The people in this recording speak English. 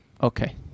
Okay